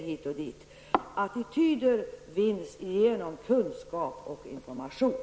Attitydförändringar åstadkommes genom kunskap och information.